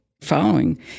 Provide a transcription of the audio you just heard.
following